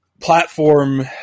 platform